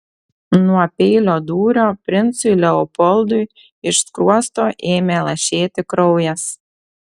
nuo peilio dūrio princui leopoldui iš skruosto ėmė lašėti kraujas